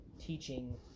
teaching